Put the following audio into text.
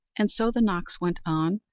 and so the knocks went on,